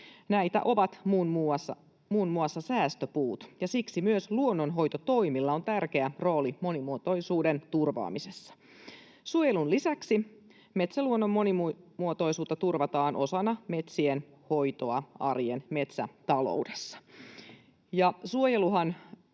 Näitä ovat muun muassa säästöpuut, ja siksi myös luonnonhoitotoimilla on tärkeä rooli monimuotoisuuden turvaamisessa. Suojelun lisäksi metsäluonnon monimuotoisuutta turvataan osana metsien hoitoa arjen metsätaloudessa.